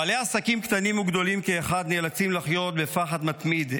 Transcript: בעלי עסקים קטנים וגדולים כאחד נאלצים לחיות בפחד מתמיד.